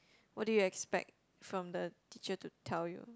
what do you expect from the teacher to tell you